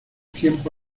tiempo